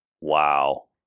Wow